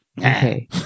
Okay